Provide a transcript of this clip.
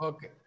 Okay